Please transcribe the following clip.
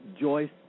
Joyce